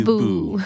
boo